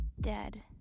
Dead